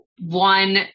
one